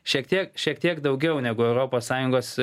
šiek tiek šiek tiek daugiau negu europos sąjungos